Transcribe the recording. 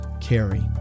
carry